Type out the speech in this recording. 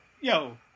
yo